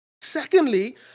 Secondly